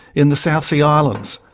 in the south sea islands.